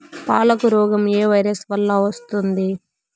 పాలకు రోగం ఏ వైరస్ వల్ల వస్తుంది?